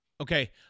Okay